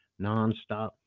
nonstop